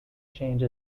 change